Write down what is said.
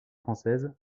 française